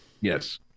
Yes